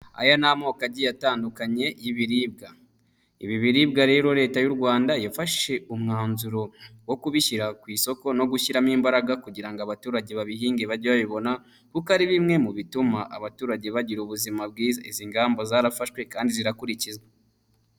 Aya ni amoko agiye atandukanye y'ibiribwa ibi biribwa rero leta y'u Rwanda yafashe umwanzuro wo kubishyira ku isoko no gushyiramo imbaraga kugira ngo abaturage babihinge bajye babibona kuko ari bimwe mu bituma abaturage bagira ubuzima bwiza izi ngamba zarafashwe kandi zirakurikizwa.